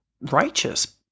righteous